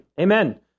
Amen